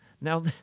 Now